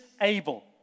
able